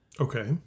Okay